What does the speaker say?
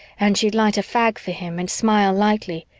and she'd light a fag for him and smile lightly,